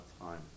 time